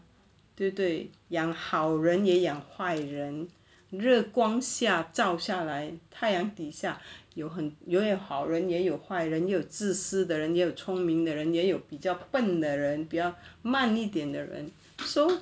对不对养好人也养坏人日光下照下来太阳底下有很也有好人也有坏人又有自私的人也有聪明的人也有比较笨的人比较慢一点的人 and so